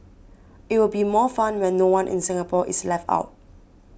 it will be more fun when no one in Singapore is left out